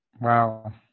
Wow